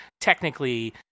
technically